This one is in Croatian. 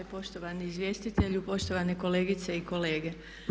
Poštovani izvjestitelju, poštovane kolegice i kolege.